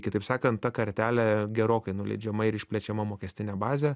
kitaip sakant tą kartelė gerokai nuleidžiama ir išplečiama mokestinė bazė